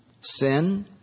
sin